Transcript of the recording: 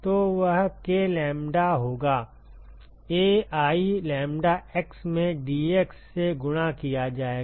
तो वह k lambda होगा AI लैम्ब्डा x में dx से गुणा किया जाएगा